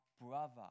brother